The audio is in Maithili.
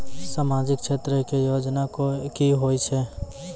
समाजिक क्षेत्र के योजना की होय छै?